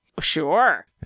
sure